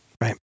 Right